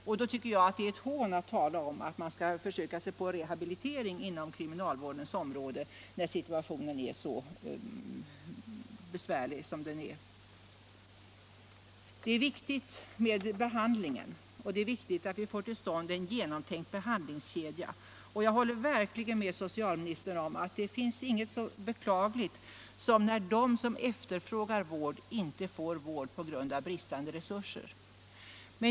När situationen är så besvärlig är det ett hån att tala om en rehabilitering inom kriminalvårdens område. Behandlingen är viktig, och det är viktigt att vi får till stånd en genomtänkt behandlingskedja. Jag håller verkligen med socialministern om att det inte finns något så beklagligt som när de som efterfrågar vård inte får sådan på grund av bristande resurser.